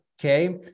Okay